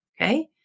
Okay